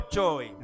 joy